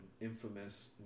infamous